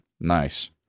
Nice